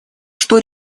что